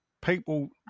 people